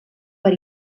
per